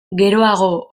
geroago